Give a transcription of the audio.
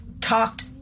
talked